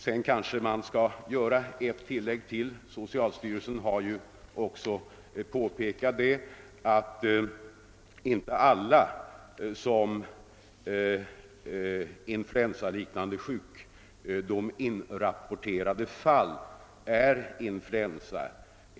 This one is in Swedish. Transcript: Jag vill också tillägga att socialstyrelsen har påpekat, att inte alla såsom influensaliknande inrapporterade fall är influensa.